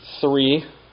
three